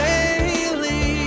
Daily